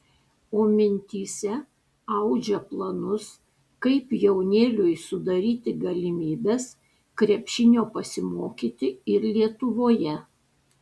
o mintyse audžia planus kaip jaunėliui sudaryti galimybes krepšinio pasimokyti ir lietuvoje